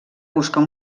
buscar